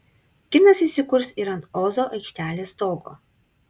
kinas įsikurs ir ant ozo aikštelės stogo